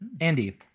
Andy